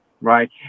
right